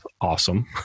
awesome